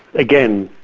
again,